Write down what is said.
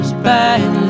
Bye